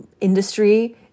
industry